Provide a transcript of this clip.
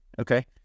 Okay